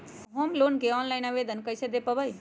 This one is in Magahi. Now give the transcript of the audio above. होम लोन के ऑनलाइन आवेदन कैसे दें पवई?